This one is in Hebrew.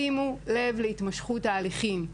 שימו לב להתמשכות תהליכים.